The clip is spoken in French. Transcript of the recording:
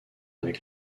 avec